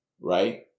right